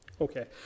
Okay